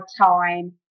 time